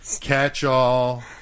catch-all